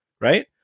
right